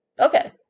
Okay